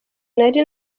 nari